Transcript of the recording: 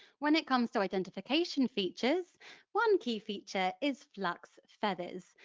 when it comes to identification features one key feature is flux feathers.